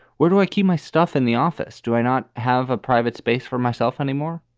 where do i keep my stuff in the office? do i not have a private space for myself anymore?